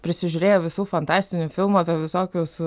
prisižiūrėjo visų fantastinių filmų apie visokius